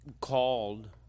called